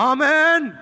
Amen